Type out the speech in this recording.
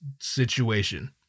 situation